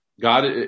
God